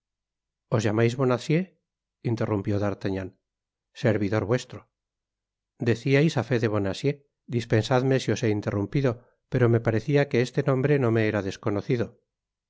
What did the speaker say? os llamais bonacieux interrumpió d'artagnan servidor vuestro decíais á fé de bonacieux dispensadme si os he interrumpido pero me parecía que este nombre no me era desconocido